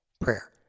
prayer